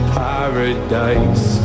paradise